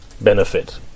Benefit